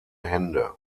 hände